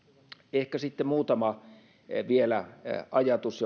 ehkä sitten vielä muutama ajatus